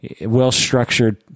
Well-structured